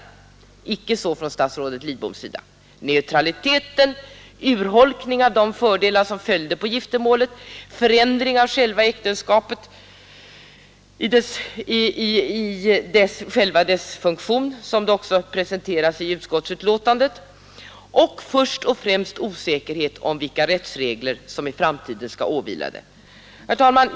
Icke så från statsrådet Lidboms sida. I stället får vi: neutralitet till olika samlevnadsformer, urholkning av de fördelar som följde på giftermålet, förändring av äktenskapet i själva dess funktion — som det också presenteras i utskottsbetänkandet — och först och främst osäkerhet om vilka rättsregler som i framtiden skall åvila det. Herr talman!